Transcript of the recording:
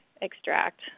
extract